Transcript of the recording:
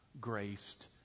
graced